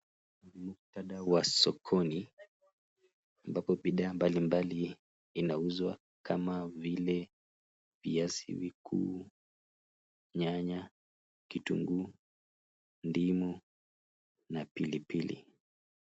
Ni muktadha wa sokoni ambapo bidhaa mbalimbali inauzwa kama vile viazi vikuu, nyanya, kitunguu, ndimu na pilipili.